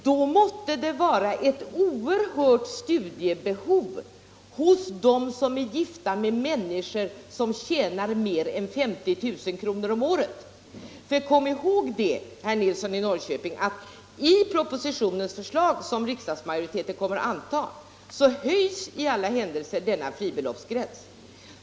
Då måste det vara ett oerhört latent studiebehov bland dem som är gifta med människor som tjänar mer än 50 000 kr. om året, för kom ihåg det, herr Nilsson i Norrköping, att i propositionen, som riksdagsmajoriteten kommer att anta, höjs i alla händelser denna fribeloppsgräns.